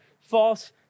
false